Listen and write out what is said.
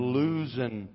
losing